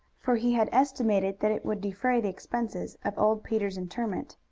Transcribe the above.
for he had estimated that it would defray the expenses of old peter's interment.